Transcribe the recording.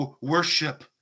worship